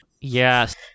yes